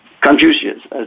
Confucius